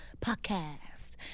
podcast